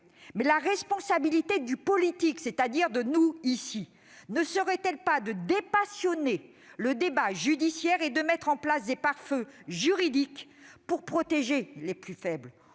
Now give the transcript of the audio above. Mais la responsabilité du politique, c'est-à-dire de nous tous ici présents, ne serait-elle pas de dépassionner le débat judiciaire, de mettre en place des pare-feux juridiques pour protéger les plus faibles